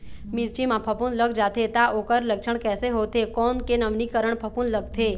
मिर्ची मा फफूंद लग जाथे ता ओकर लक्षण कैसे होथे, कोन के नवीनीकरण फफूंद लगथे?